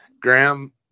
Graham